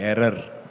Error